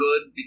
good